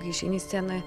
piešinys scenoje